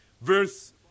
verse